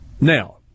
now